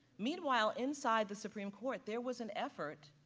meanwhile, inside the supreme court, there was an effort